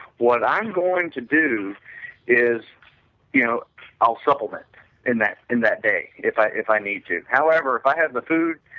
what i'm going to do is you know our supplement in that in that day, if i if i need to. however, if i have a food,